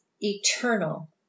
eternal